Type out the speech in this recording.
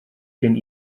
cyn